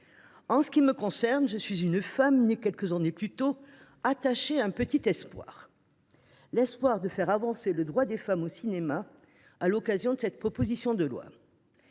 Quant à moi, je suis une femme, née quelques années plus tôt et attachée à un petit espoir : celui de faire avancer le droit des femmes au cinéma à l’occasion de cette proposition de loi.